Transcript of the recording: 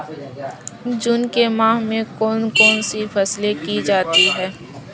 जून के माह में कौन कौन सी फसलें की जाती हैं?